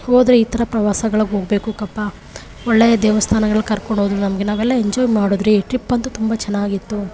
ಹೋದರೆ ಈ ಥರ ಪ್ರವಾಸಗಳ್ಗೆ ಹೋಗ್ಬಕಪ್ಪಾ ಒಳ್ಳೆ ದೇವಸ್ಥಾನಗಳಿಗೆ ಕರ್ಕೊಂಡು ಹೋದ್ರು ನಮಗೆ ನಾವೆಲ್ಲ ಎಂಜಾಯ್ ಮಾಡಿದ್ವಿ ಟ್ರಿಪ್ ಅಂತೂ ತುಂಬ ಚೆನ್ನಾಗಿತ್ತು